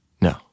No